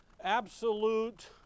absolute